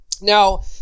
Now